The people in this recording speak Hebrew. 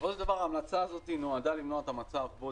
בסופו של דבר ההמלצה הזאת נועדה למנוע את המצב בו